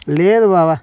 లేదు బావ